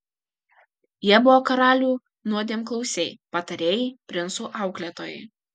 jie buvo karalių nuodėmklausiai patarėjai princų auklėtojai